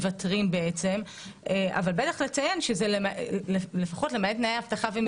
מוותרים אבל בטח לציין שזה לפחות למעט תנאי אבטחה ומיגון.